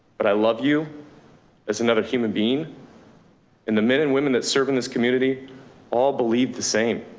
but i love you as another human being and the men and women that serve in this community all believe the same.